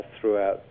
throughout